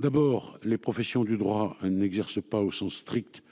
D'abord les professions du droit hein n'exerce pas au sens strict,